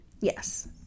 Yes